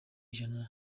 ijana